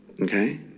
okay